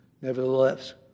Nevertheless